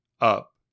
up